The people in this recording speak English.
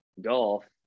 golf